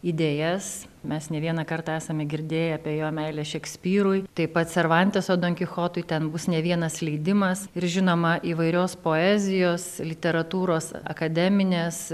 idėjas mes ne vieną kartą esame girdėję apie jo meilę šekspyrui taip pat servanteso donkichotui ten bus ne vienas leidimas ir žinoma įvairios poezijos literatūros akademinės